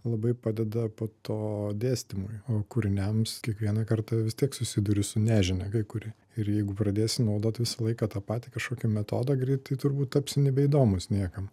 labai padeda po to dėstymui o kūriniams kiekvieną kartą vis tiek susiduri su nežinia kai kuri ir jeigu pradėsi naudoti visą laiką tą patį kažkokį metodą greitai turbūt tapsi turbūt nebeįdomus niekam